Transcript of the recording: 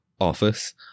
office